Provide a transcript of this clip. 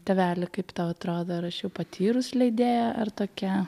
tėveli kaip tau atrodo ar aš jau patyrus leidėja ar tokia